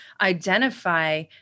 identify